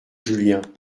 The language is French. julien